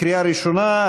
קריאה ראשונה,